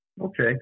Okay